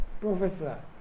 Professor